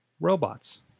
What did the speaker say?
robots